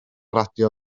radio